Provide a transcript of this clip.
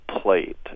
plate